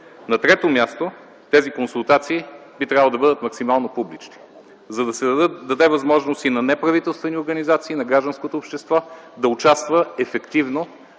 На трето място, тези консултации би трябвало да бъдат максимално публични, за да се даде възможност и на неправителствените организации, на гражданското общество да участва ефективно